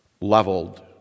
Leveled